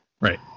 Right